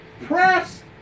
press